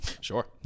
Sure